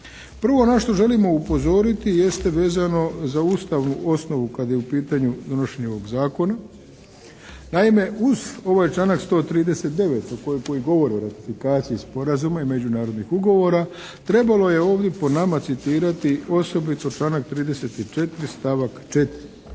Prvo na što želimo upozoriti jeste vezano za ustavnu osnovu kad je u pitanju donošenje ovog zakona. Naime uz ovaj članak 139. koji govori o ratifikaciji sporazuma i međunarodnih ugovora trebalo je ovdje po nama citirati osobito članak 34. stavak 4.